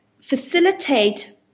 facilitate